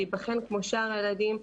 להיבחן כמו שאר הילדים,